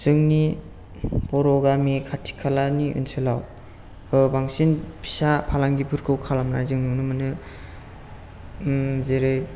जोंनि बर' गामि खाथि खालानि ओनसोलाव ओह बांसिन फिसा फालांगिफोरखौ खालामनाय जों नुनो मोनो ओम जेरै